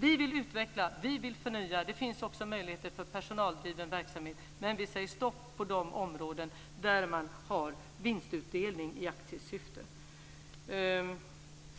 Vi vill utveckla, vi vill förnya och det finns också möjligheter för personaldriven verksamhet. Men vi säger stopp på de områden där man har vinstutdelning i aktiesyfte. Sedan